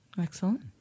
Excellent